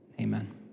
Amen